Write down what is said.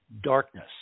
darkness